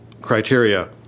criteria